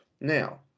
Now